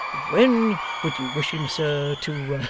when would you wish him, sir, to